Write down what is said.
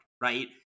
right